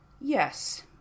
yes